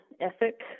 ethic